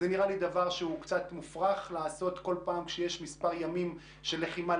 נראה לי קצת מופרך לעבור בכל פעם שיש מספר ימים של לחימה.